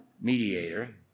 mediator